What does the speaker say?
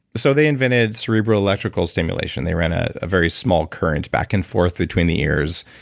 so they invented cerebral electrical stimulation. they ran a very small current back and forth between the ears,